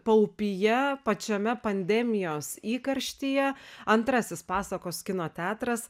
paupyje pačiame pandemijos įkarštyje antrasis pasakos kino teatras